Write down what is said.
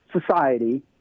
society